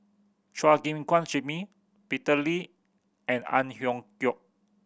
Chua Gim Guan Jimmy Peter Lee and Ang Hiong Chiok